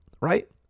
right